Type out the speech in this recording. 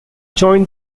joined